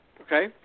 Okay